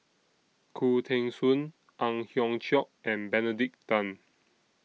Khoo Teng Soon Ang Hiong Chiok and Benedict Tan